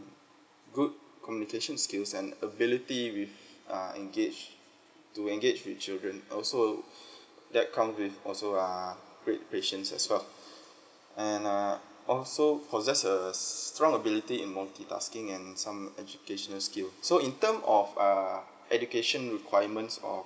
good communication skills and ability with uh engage to engage with children also that come with also err great patience as well and uh also possess a strong ability in multitasking and some educational skill so in term of err education requirements or